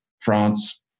France